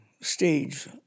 stage